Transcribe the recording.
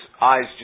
eyes